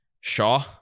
Shaw